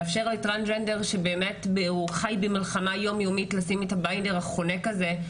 לאפשר לטרנסג'נדר שהוא חי במלחמה יום יומית לשים את הביינדר החונק הזה,